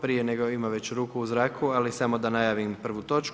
Prije nego, ima već ruku u zraku ali samo da najavim prvu točku.